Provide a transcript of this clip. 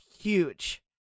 huge